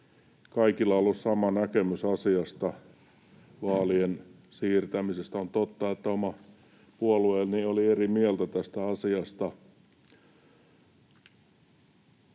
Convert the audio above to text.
kaikilla ollut sama näkemys asiasta, vaalien siirtämisestä. On totta, että oma puolueeni oli eri mieltä tästä asiasta.